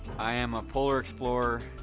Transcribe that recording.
i am a polar explorer,